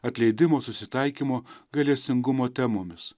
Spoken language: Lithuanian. atleidimo susitaikymo gailestingumo temomis